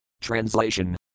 Translation